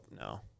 no